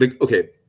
okay